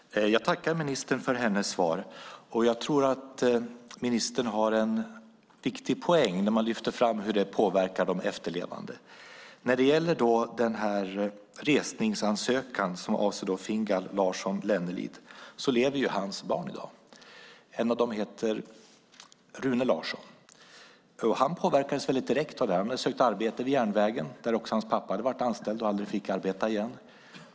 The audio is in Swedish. Herr talman! Jag tackar ministern för hennes svar. Jag tror att ministern har en viktig poäng när hon lyfter fram hur det påverkar de efterlevande. När det gäller resningsansökan som avser Fingal Larsson-Lennelind lever hans barn i dag. En av dem heter Rune Larsson. Han påverkades väldigt direkt av det. Han hade sökt arbete vid järnvägen, där också hans pappa varit anställd och aldrig fick arbeta igen.